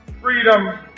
freedom